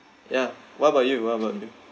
ya what about you what about you